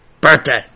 birthday